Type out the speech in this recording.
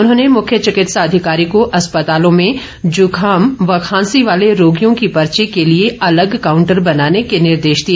उन्होंने मुख्य चिकित्सा अधिकारी को अस्पतालों में जुखाम खांसी वाले रोगियों की पर्ची के लिए अलग कांउटर बनाने के निर्देश दिए